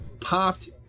popped